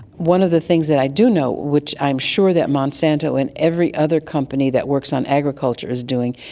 one of the things that i do know, which i'm sure that monsanto and every other company that works on agriculture is doing,